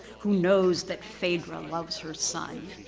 who knows that phaedra loves her son.